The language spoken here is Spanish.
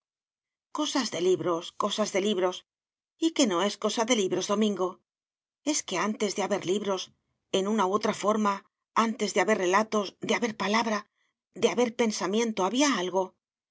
cosas de libros cosas de libros y qué no es cosa de libros domingo es que antes de haber libros en una u otra forma antes de haber relatos de haber palabra de haber pensamiento había algo